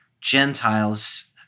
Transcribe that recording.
Gentiles